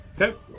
Okay